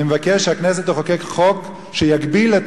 אני מבקש שהכנסת תחוקק חוק שיגביל את